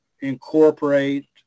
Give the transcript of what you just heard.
incorporate